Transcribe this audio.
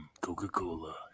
Coca-Cola